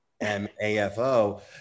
M-A-F-O